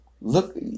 look